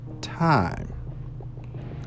time